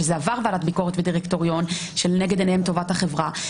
שזה עבר ועדת ביקורת ודירקטוריון שלנגד עיניהם טובת החברה,